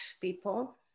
people